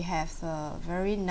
we have a very nice